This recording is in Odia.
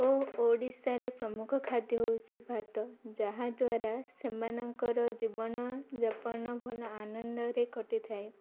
ଓ ଓଡ଼ିଶାରେ ପ୍ରମୁଖ ଖାଦ୍ୟ ହେଉଛି ଭାତ ଯାହାଦ୍ୱାରା ସେମାନଙ୍କର ଜୀବନଯାପନ ଭଲ ଆନନ୍ଦରେ କଟିଥାଏ